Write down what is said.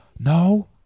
No